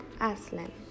Aslan